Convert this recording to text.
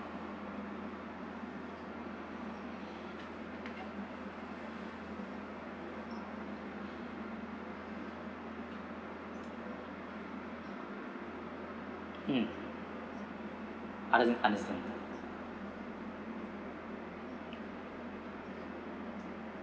mm unders~ understand